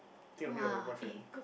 think of you and your boyfriend